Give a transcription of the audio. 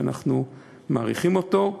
שאנחנו מאריכים אותו,